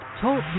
Talk